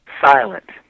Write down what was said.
silent